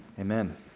Amen